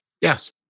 Yes